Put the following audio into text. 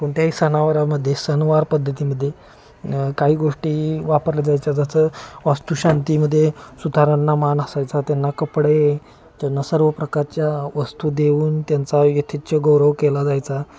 कोणत्याही सणावारामध्ये सणवार पद्धतीमध्ये काही गोष्टी वापरल्या जायच्या जसं वास्तुशांतीमध्ये सुतारांना मान असायचा त्यांना कपडे त्यांना सर्व प्रकारच्या वस्तू देऊन त्यांचा यथेच्छ गौरव केला जायचा